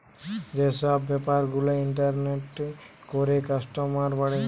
যে সব বেপার গুলা ইন্টারনেটে করে কাস্টমার বাড়ে